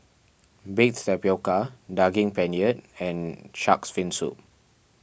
Baked Tapioca Daging Penyet and Shark's Fin Soup